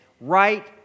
right